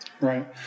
Right